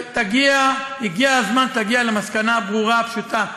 הגיע הזמן שתגיע למסקנה הברורה והפשוטה: